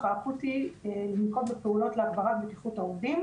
האקוטי לנקוט בפעולות להגברת בטיחות העובדים.